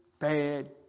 bad